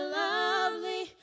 lovely